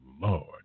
Lord